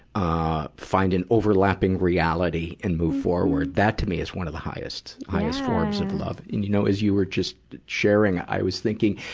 ah find an overlapping reality and move forward. that, to me, is one of the highest, highest forms of love. and you know, as you were just sharing, i was thinking,